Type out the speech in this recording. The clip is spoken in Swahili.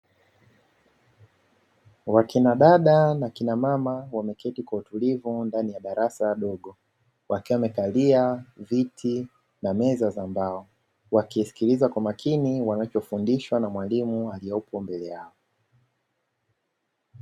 Wakina dada na wakina mama wameketi kwa utulivu ndani ya darasa dogo, wakiwa wamekalia viti na meza za mbao, wakisikiliza kwa makini wanachofundishwa na mwalimu aliopo mbele yao.